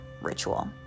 ritual